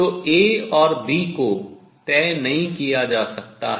तो A और B को तय नहीं किया जा सकता है